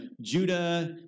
Judah